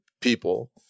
people